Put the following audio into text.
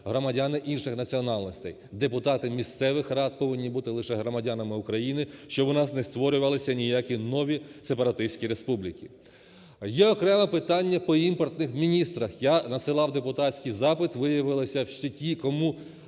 громадяни інших національностей. Депутати місцевих рад повинні бути лише громадянами України, щоб у нас не створювалися ніякі нові сепаратистські республіки. Є окреме питання по "імпортних" міністрах. Я надсилав депутатський запит. Виявилося, що ті, кому